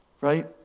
Right